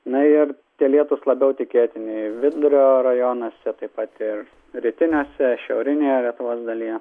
na ir tie lietūs labiau tikėtini vidurio rajonuose taip pat ir rytiniuose šiaurinėje lietuvos dalyje